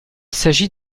s’agit